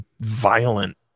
violent